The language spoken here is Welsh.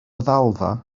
ddalfa